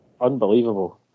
unbelievable